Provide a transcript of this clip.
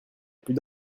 plus